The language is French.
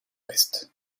ouest